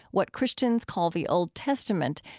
what christians call the old testament,